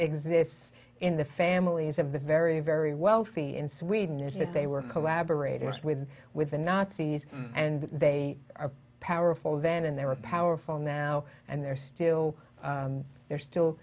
exists in the families of the very very wealthy in sweden is that they were collaborating with with the nazis and they are powerful then and they were powerful now and they're still they're still